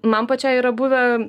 man pačiai yra buvę